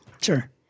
Sure